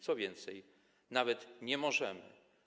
Co więcej, nawet nie możemy.